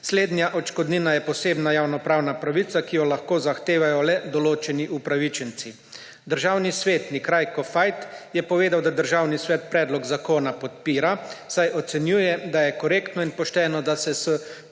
Slednja odškodnina je posebna javnopravna pravica, ki jo lahko zahtevajo le določeni upravičenci. Državni svetnik Rajko Fajt je povedal, da Državni svet predlog zakona podpira, saj ocenjuje, da je korektno in pošteno, da se s